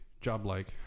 Job-like